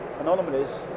anomalies